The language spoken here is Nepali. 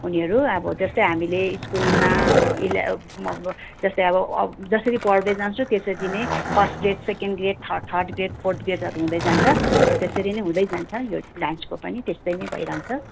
उनीहरू अब जस्तै हामीले स्कुलमा जसरी पढ्दै जान्छु तेसरी नै first grade second grade third grade fourth ग्रेडहरू हुँदै जान्छ हो त्यसरी नै हुँदै जान्छ यो डान्सको पनि त्यस्तै नै भइरहन्छ